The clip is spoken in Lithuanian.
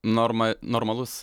norma normalus